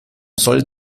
soll